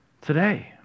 Today